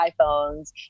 iPhones